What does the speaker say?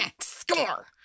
Score